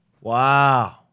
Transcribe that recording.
Wow